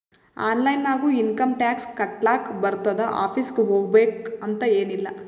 online ನಾಗು income tax ಕಟ್ಲಾಕ್ ಬರ್ತುದ್ ಆಫೀಸ್ಗ ಹೋಗ್ಬೇಕ್ ಅಂತ್ ಎನ್ ಇಲ್ಲ